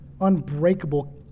unbreakable